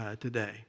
today